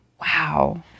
Wow